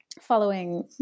following